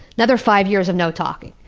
another five years of no talking.